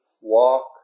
walk